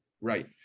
Right